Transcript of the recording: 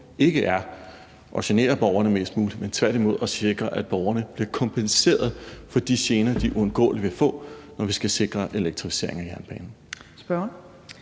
ikke at genere borgerne mest muligt, men tværtimod at sikre, at borgerne bliver kompenseret for de gener, de uundgåeligt vil få, når vi skal sikre elektrificering af jernbanen.